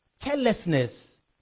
carelessness